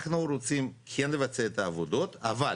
אנחנו רוצים כן לבצע את העבודות, אבל